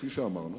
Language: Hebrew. כפי שאמרנו,